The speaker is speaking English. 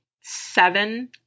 seven